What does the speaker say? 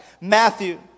Matthew